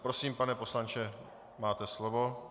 Prosím, pane poslanče, máte slovo.